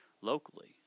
locally